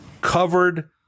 covered